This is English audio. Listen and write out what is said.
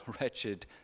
wretched